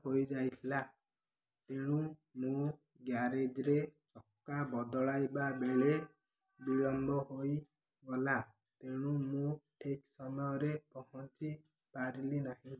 ହୋଇଯାଇଥିଲା ତେଣୁ ମୁଁ ଗ୍ୟାରେଜ୍ରେ ଚକା ବଦଳାଇବା ବେଳେ ବିଳମ୍ବ ହୋଇଗଲା ତେଣୁ ମୁଁ ଠିକ୍ ସମୟରେ ପହଞ୍ଚି ପାରିଲି ନାହିଁ